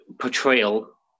portrayal